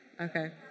Okay